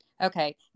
okay